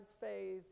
faith